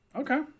okay